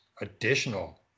additional